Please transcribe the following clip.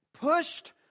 pushed